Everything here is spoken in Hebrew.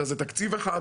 אלא זה תקציב אחד